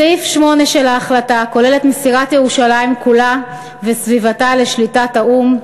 סעיף 8 של ההחלטה כולל את מסירת ירושלים כולה וסביבתה לשליטת האו"ם.